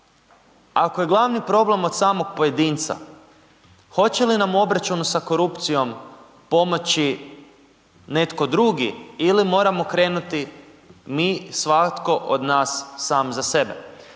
ako je glavni problem od samog pojedinca hoće li nam u obračunu sa korupcijom pomoći netko drugi ili moramo krenuti mi, svatko od nas svatko za sebe.